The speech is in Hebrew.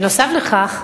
נוסף על כך,